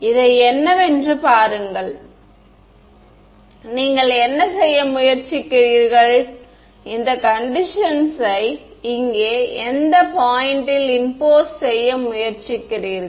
இதை என்னவென்று பாருங்கள் நீங்கள் என்ன செய்ய முயற்சிக்கிறீர்கள் இந்த கண்டிஷன்ஸ்யை இங்கே எந்த புள்ளி ல் திணிக்க முயற்சி செய்கிறீர்கள்